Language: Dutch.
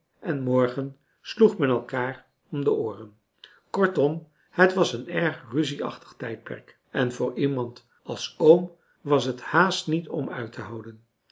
en morgen sloeg men elkaar om de ooren kortom het was een erg ruzieachtig tijdperk en voor iemand als oom was het haast niet om uit te houden